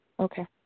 Okay